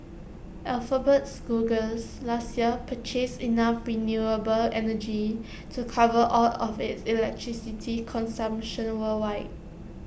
alphabet's Googles last year purchased enough renewable energy to cover all of its electricity consumption worldwide